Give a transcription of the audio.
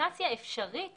אינדיקציה אפשרית